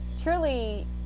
truly